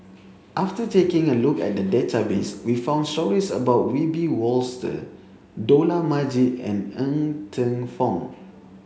after taking a look at the database we found stories about Wiebe Wolters Dollah Majid and Ng Teng Fong